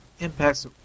impacts